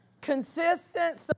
Consistent